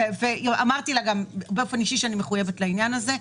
אמרתי לה באופן אישי שאני מחויבת לעניין הזה.